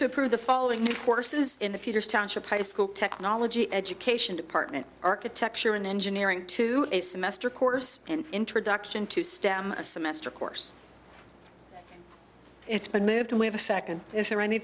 approve the following new courses in the futures township high school technology education department architecture in engineering to a semester course and introduction to stem a semester course it's been moved away the second is there any